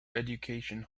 education